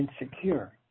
insecure